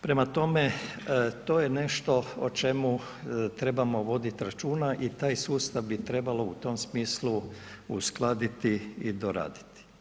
Prema tome, to je nešto o čemu trebamo voditi računa i taj sustav bi trebalo u tom smislu uskladiti i doraditi.